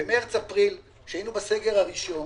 במרץ-אפריל, כשהיינו בסגר הראשון,